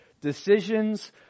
Decisions